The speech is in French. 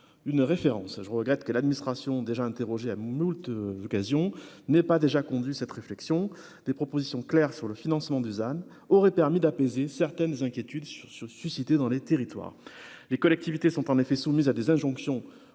une référence, je regrette que l'administration déjà interrogé à moultes occasions n'est pas déjà conduit cette réflexion, des propositions claires sur le financement, Dusan aurait permis d'apaiser certaines inquiétudes sur sur suscité dans les territoires Les collectivités sont en effet soumis à des injonctions